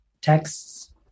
texts